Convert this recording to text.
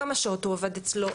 כמה שעות הוא עבד אצלו,